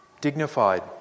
Dignified